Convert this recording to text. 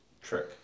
trick